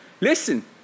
Listen